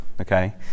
Okay